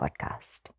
podcast